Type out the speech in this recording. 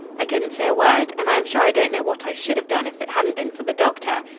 i couldn't say a word, and i am sure i don't know what i should have done if it hadn't been for the doctor.